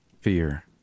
Fear